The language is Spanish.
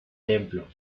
templo